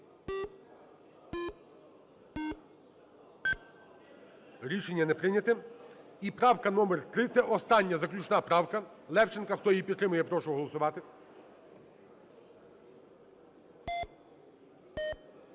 Рішення не прийнято. І правка номер 3, це остання, заключна правка, Левченка. Хто її підтримує, я прошу голосувати.